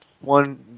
one